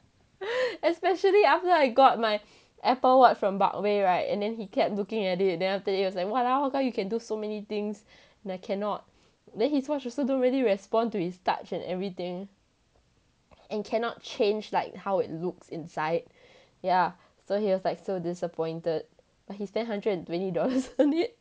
especially after I got my apple watch from barkway right and then he kept looking at it then after that it was like !walao! how come you can do so many things that I cannot then he's watch also don't really respond to his touch and everything and cannot change like how it looks inside ya so he was like so disappointed but he spent hundred and twenty dollars on it